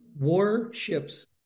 warships